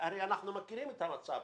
הרי אנחנו מכירים את המצב.